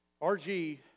RG